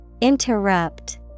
Interrupt